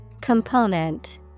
Component